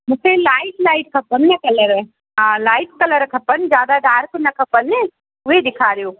मूंखे light light खपनि न कलर हा लाइट कलर खपनि ज्यादा डार्क न खपनि उहे ॾेखारियो